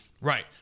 Right